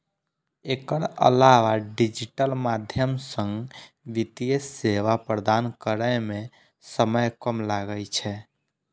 एकर अलावा डिजिटल माध्यम सं वित्तीय सेवा प्रदान करै मे समय कम लागै छै